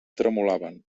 tremolaven